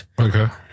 Okay